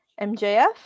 MJF